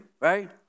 right